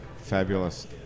fabulous